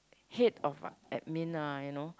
head of what admin ah you know